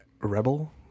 Rebel